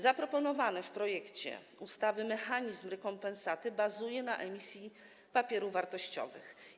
Zaproponowany w projekcie ustawy mechanizm rekompensaty bazuje na emisji papierów wartościowych.